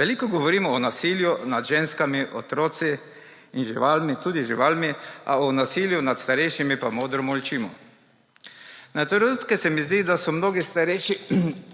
Veliko govorimo o nasilju nad ženskami, otroci in tudi živalmi, a o nasilju nad starejšimi pa modro molčimo. Na trenutke se mi zdi, da so mnogi starejši,